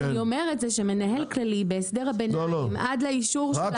מנהל כללי בהסדר הביניים עד לאישור הוועדה-